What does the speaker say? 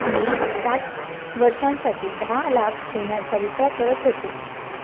मी साठ वर्षांसाठी दहा लाख ठेवण्याचा विचार करत होतो